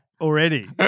already